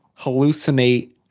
hallucinate